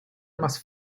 must